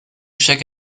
check